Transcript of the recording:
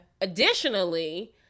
Additionally